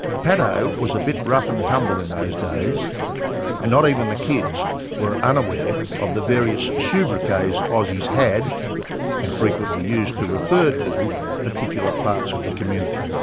paddo was a bit rough and tumble in those days and not even the kids were unaware of the various soubriquets aussies had and frequently used to refer to particular parts of the community.